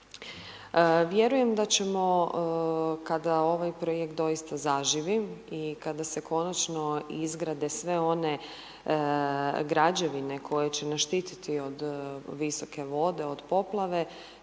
Vjerujem da ćemo, kada ovaj projekt doista zaživi i kada se konačno izgrade sve one građevine koje će nas štiti od visoke vode, od poplave,